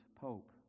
pope